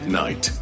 night